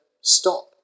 stop